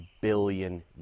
billion